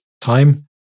time